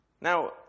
now